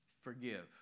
forgive